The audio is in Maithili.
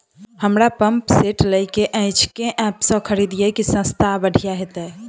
हमरा पंप सेट लय केँ अछि केँ ऐप सँ खरिदियै की सस्ता आ बढ़िया हेतइ?